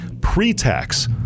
pre-tax